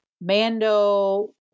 Mando